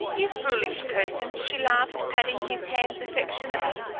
you foolish person! she laughed, patting his hands affectionately.